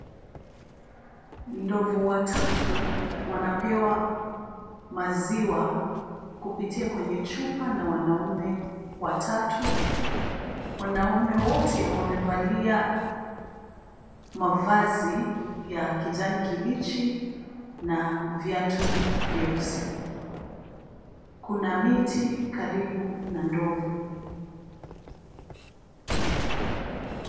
Ndovu watatu wanapewa maziwa kupitia kwenye chupa na wanaume watatu. Wanume wote wamevalia mavazi ya kijani kibichi na viatu vyeusi. Kuna miti karibu na ndovu.